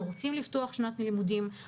אנחנו רוצים לפתוח את שנת הלימודים,